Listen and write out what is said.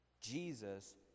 Jesus